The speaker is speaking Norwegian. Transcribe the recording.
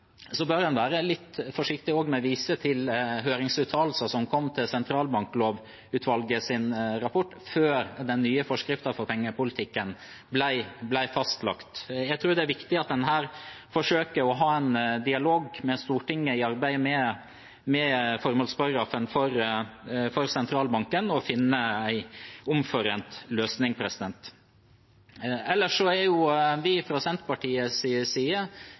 være litt forsiktig med å vise til høringsuttalelser som kom til sentralbanklovutvalgets rapport før den nye forskriften for pengepolitikken ble fastlagt. Jeg tror det er viktig at man forsøker å ha en dialog med Stortinget i arbeidet med formålsparagrafen for Sentralbanken og finne en omforent løsning. Ellers er vi fra Senterpartiets side